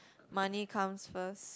money comes first